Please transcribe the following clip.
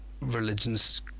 religion's